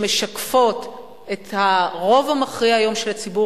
שמשקפות את הרוב המכריע היום של הציבור